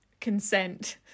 consent